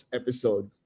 episode